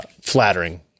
flattering